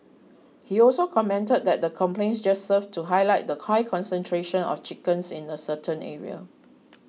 he also commented that the complaints just served to highlight the high concentration of chickens in the certain area